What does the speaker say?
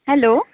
hello